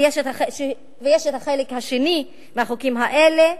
ויש החלק השני של החוקים האלה,